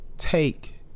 take